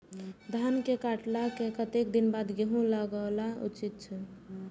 धान के काटला के कतेक दिन बाद गैहूं लागाओल उचित छे?